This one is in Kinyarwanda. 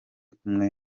kumwe